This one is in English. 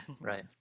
Right